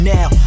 Now